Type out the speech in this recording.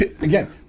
again